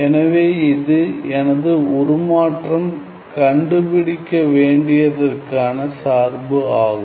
எனவே இது எனது உருமாற்றம் கண்டு பிடிக்க வேண்டியதற்கான சார்பு ஆகும்